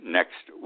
next